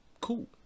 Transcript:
Cool